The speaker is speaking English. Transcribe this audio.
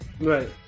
right